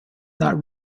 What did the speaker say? not